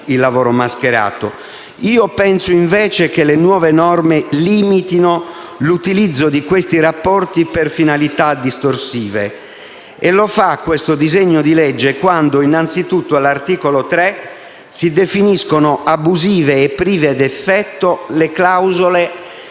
il lavoro "mascherato". Io penso, invece, che le nuove norme limitino l'utilizzo di questi rapporti per finalità distorsive. Lo fa innanzitutto quando, all'articolo 3, si definiscono abusive e prive d'effetto le clausole